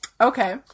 Okay